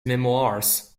memoirs